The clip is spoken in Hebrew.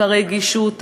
הרגישות,